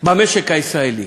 במשק הישראלי,